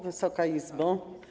Wysoka Izbo!